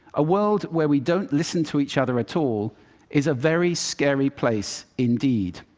a world where we don't listen to each other at all is a very scary place indeed.